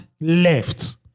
Left